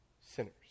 sinners